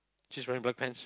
she's wearing black pants